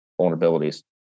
vulnerabilities